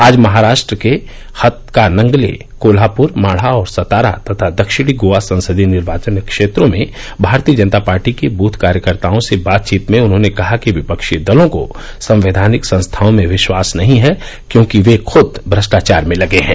आज महाराष्ट्र के हतकानंगले कोल्हापुर माढा और सतारा तथा दक्षिणी गोवा संसदीय निर्वाचन क्षेत्रों के भारतीय जनता पार्टी के बूथ कार्यकर्ताओं से बातचीत में उन्होंने कहा कि विपक्षी दलों को संवैधानिक संस्थाओं में विश्वास नहीं है क्योंकि वे खुद भ्रष्टाचार में लगे हैं